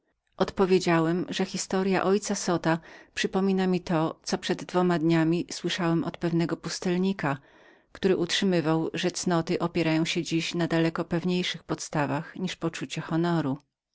odpowiedziałem że historya ojca zota przypominała mi to co przed dwoma dniami słyszałem od pewnego pustelnika który utrzymywał że cnoty towarzyskie mają daleko pewniejsze zasady od bezpośredniego uczucia honoru